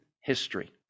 history